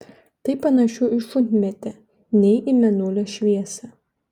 tai panašiau į šunmėtę nei į mėnulio šviesą